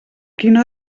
quina